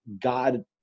God